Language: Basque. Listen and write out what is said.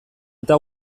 eta